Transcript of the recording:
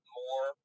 more